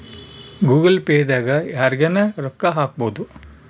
Google Pay ದಾಗ ಯರ್ಗನ ರೊಕ್ಕ ಹಕ್ಬೊದು